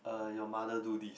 a your mother do this